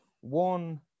one